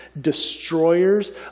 destroyers